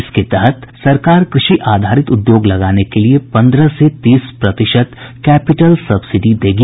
इसके तहत सरकार कृषि आधारित उद्योग लगाने के लिए पन्द्रह से तीस प्रतिशत कैपिटल सब्सिडी देगी